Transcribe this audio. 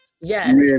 Yes